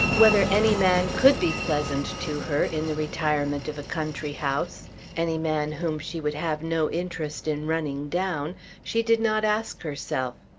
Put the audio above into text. whether any man could be pleasant to her in the retirement of a country house any man whom she would have no interest in running down she did not ask herself.